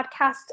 podcast